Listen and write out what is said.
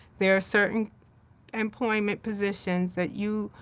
there are certain employment positions that you,